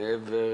מעבר